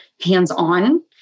hands-on